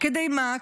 כדי מה?